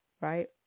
right